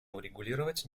урегулировать